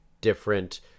different